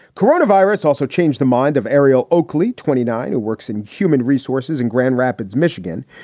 coronavirus also changed the mind of ariel oakley, twenty nine, who works in human resources in grand rapids, michigan,